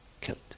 killed